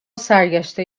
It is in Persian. سرگشته